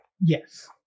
Yes